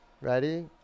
ready